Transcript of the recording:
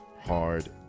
hard